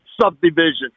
subdivision